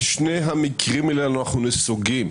בשני המקרים האלה אנחנו נסוגים.